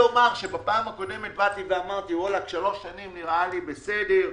בפעם הקודמת אמרתי: שלוש שנים נראה לי בסדר.